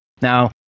Now